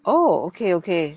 oh okay okay